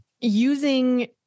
using